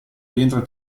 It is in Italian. rientra